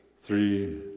three